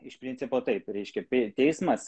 iš principo taip reiškia teismas